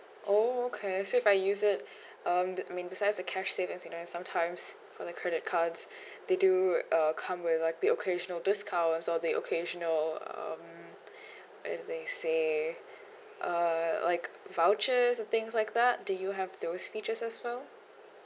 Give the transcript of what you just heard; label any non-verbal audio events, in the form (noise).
oh okay so if I use it (breath) um that mean besides the cash savings you know sometimes for the credit cards (breath) they do uh come with like the occasional discount also the occasional um (breath) when they say uh like vouchers or things like that do you have those features as well